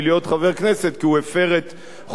כי הוא הפר את חובת הצינון,